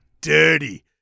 dirty